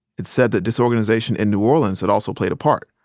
it said that disorganization in new orleans had also played a part.